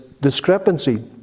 discrepancy